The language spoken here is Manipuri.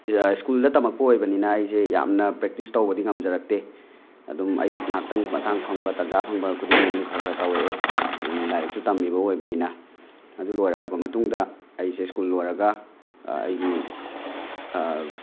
ꯁ꯭ꯀꯨꯜꯗ ꯇꯝꯃꯛꯄ ꯑꯣꯏꯕꯅꯤꯅ ꯑꯩꯁꯦ ꯌꯥꯝꯅ ꯄ꯭ꯔꯦꯛꯇꯤꯁ ꯇꯧꯕꯗꯤ ꯉꯝꯖꯔꯛꯇꯦ ꯑꯗꯨꯝ ꯑꯌꯨꯛ ꯉꯥꯛꯇꯪ ꯃꯇꯥꯡ ꯐꯪꯕ ꯇꯥꯟꯖꯥ ꯐꯪꯕ ꯈꯨꯗꯤꯡꯒꯤ ꯑꯗꯨꯝ ꯈꯔ ꯈꯔ ꯇꯧꯔꯛꯑꯦ ꯑꯗꯨꯝ ꯂꯥꯏꯔꯤꯛꯁꯨ ꯇꯝꯃꯤꯕ ꯑꯣꯏꯕꯅꯤꯅ ꯑꯗꯨ ꯂꯣꯏꯔꯛꯑꯕ ꯃꯇꯨꯡꯗ ꯑꯩꯖꯦ ꯁ꯭ꯀꯨꯜ ꯂꯣꯏꯔꯒ ꯑꯩꯒꯤ